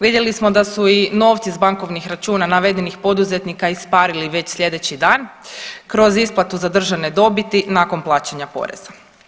Vidjeli smo da su i novci s bankovnih računa navedenih poduzetnika isparili već slijedeći dan kroz isplatu za državne dobiti nakon plaćanja poreza.